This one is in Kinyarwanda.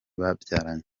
babyaranye